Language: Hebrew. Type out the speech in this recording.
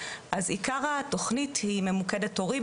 אז עיקר התוכנית היא ממוקדת הורי,